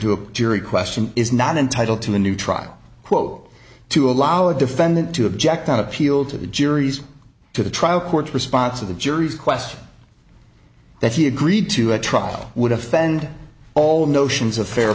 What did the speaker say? a jury question is not entitled to a new trial quote to allow a defendant to object on appeal to the jury's to the trial court response of the jury's question that he agreed to a trial would offend all notions of fair